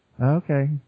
okay